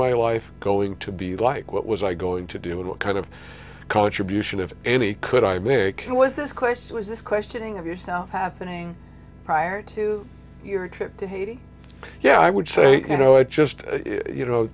my life going to be like what was i going to do and what kind of contribution if any could i make and was this question was this questioning of yourself happening prior to your trip to haiti yeah i would say you know i just you know